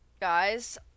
Guys